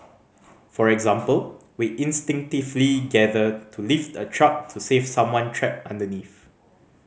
for example we instinctively gather to lift a truck to save someone trapped underneath